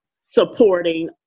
supporting